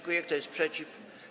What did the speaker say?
Kto jest przeciw?